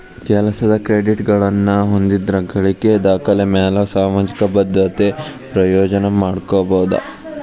ಕೆಲಸದ್ ಕ್ರೆಡಿಟ್ಗಳನ್ನ ಹೊಂದಿದ್ರ ಗಳಿಕಿ ದಾಖಲೆಮ್ಯಾಲೆ ಸಾಮಾಜಿಕ ಭದ್ರತೆ ಪ್ರಯೋಜನ ಪಡ್ಕೋಬೋದು